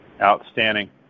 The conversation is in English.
Outstanding